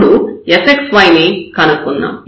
ఇప్పుడు fxy ని కనుక్కుందాం